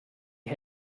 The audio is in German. die